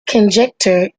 conjecture